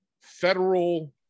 federal